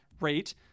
rate